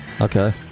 Okay